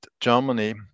Germany